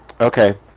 Okay